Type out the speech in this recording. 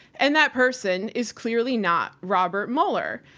and that person is clearly not robert mueller.